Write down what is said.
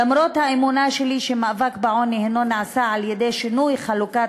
למרות האמונה שלי שמאבק בעוני נעשה על-ידי שינוי חלוקת